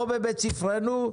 לא בבית ספרנו,